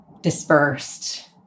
dispersed